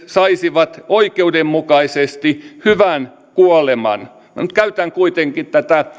saisivat oikeudenmukaisesti hyvän kuoleman käytän kuitenkin tätä